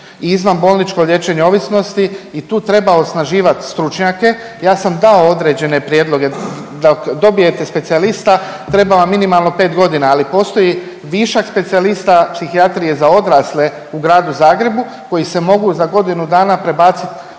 i izvanbolničko liječenje ovisnosti i tu treba osnaživati stručnjake. Ja sam dao određene prijedloge. Da dobijete specijalista treba vam minimalno pet godina, ali postoji višak specijalista psihijatrije za odrasle u gradu Zagrebu koji se mogu za godinu dana prebaciti